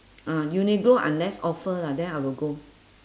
ah uniqlo unless offer lah then I will go